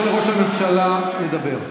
חבר הכנסת קרעי, אני מבקש לאפשר לראש הממשלה לדבר.